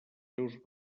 seus